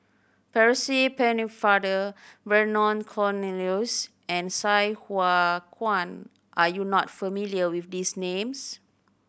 Percy Pennefather Vernon Cornelius and Sai Hua Kuan are you not familiar with these names